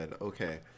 Okay